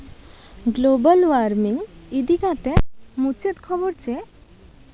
global warming ᱤᱫᱤ ᱠᱟᱛᱮᱫ ᱢᱩᱪᱟᱹᱫ ᱠᱷᱚᱵᱚᱨ ᱪᱮᱫ